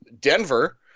Denver